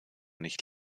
nicht